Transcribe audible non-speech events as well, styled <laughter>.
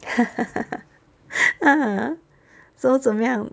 <laughs> ah so 怎么样